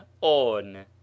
On